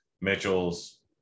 Mitchell's